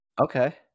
Okay